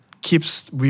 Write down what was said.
keeps